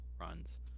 runs